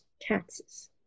taxes